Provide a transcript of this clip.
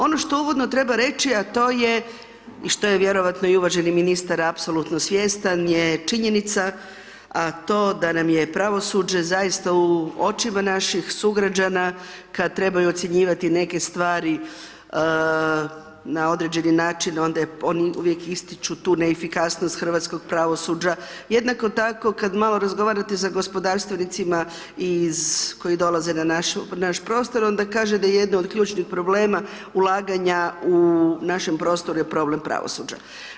Ono što uvodno treba reći, a to je, i što je vjerojatno i uvaženi ministar apsolutno svjestan, je činjenica, a to da nam je pravosuđe zaista u očima naših sugrađana, kad trebaju ocjenjivati neke stvari, na određeni način, onda je, oni uvijek ističu tu neefikasnost hrvatskog pravosuđa, jednako tako kad malo razgovarate sa gospodarstvenicima iz, koji dolaze na našu, na naš prostor, onda kaže da jedno od ključnih problema ulaganja u našem prostoru, je problem pravosuđa.